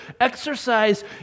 exercise